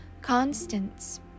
Constance